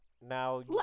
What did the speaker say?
Now